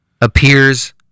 appears